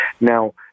Now